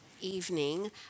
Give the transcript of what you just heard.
evening